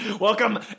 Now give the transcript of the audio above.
welcome